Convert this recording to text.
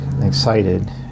excited